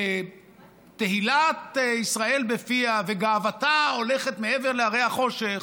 שתהילת ישראל בפיה וגאוותה הולכת מעבר להרי החושך,